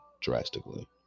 drastically